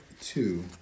two